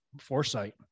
foresight